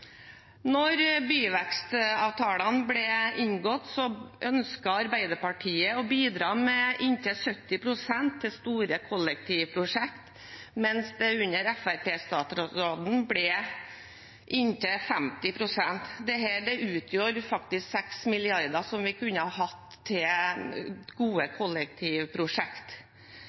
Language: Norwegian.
byvekstavtalene ble inngått, ønsket Arbeiderpartiet å bidra med inntil 70 pst. til store kollektivprosjekter, mens det under Fremskrittsparti-statsråden ble inntil 50 pst. Dette utgjorde faktisk 6 mrd. kr, som vi kunne hatt til gode